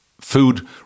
food